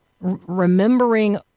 remembering